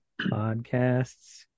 Podcasts